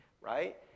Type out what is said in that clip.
right